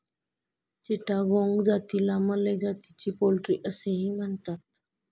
चिटागोंग जातीला मलय जातीची पोल्ट्री असेही म्हणतात